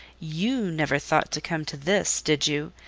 you never thought to come to this, did you,